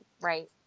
right